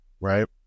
right